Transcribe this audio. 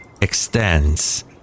extends